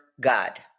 God